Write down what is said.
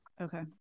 Okay